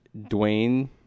Dwayne